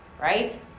right